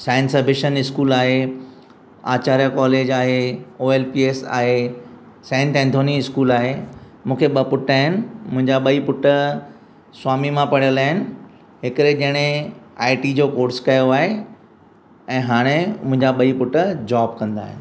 science ambition school आहे Acharya college आहे O L P S आहे सेंट ऐंथनी स्कूल आहे मूंखे ॿ पुट आहिनि मुंहिंजा ॿई पुट स्वामी मां पढ़ियल आहिनि हिकिड़े ॼणे आई टी जो कोर्स कयो आहे ऐं हाणे मुंहिंजा ॿई पुट जॉब कंदा आहिनि